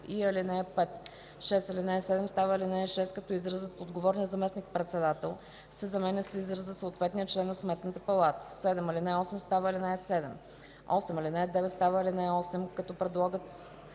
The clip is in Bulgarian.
и ал. 5. 6. Алинея 7 става ал. 6, като изразът „отговорния заместник-председател” се заменя с израза „съответния член на Сметната палата”. 7. Алинея 8 става ал. 7. 8. Алинея 9 става ал. 8, като предлогът